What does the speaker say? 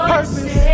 Purpose